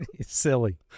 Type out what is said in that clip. silly